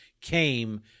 came